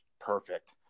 perfect